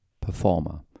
performer